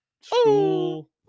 school